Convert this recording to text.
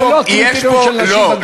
זה לא הקריטריון של נשים בגוף הבוחר.